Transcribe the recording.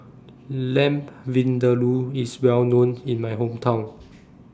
Lamb Vindaloo IS Well known in My Hometown